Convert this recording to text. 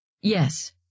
Yes